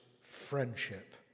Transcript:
friendship